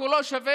כי הוא לא שווה